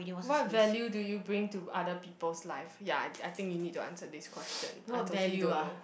what value do you bring to other people's lives ya I I think you need to answer this question I totally don't know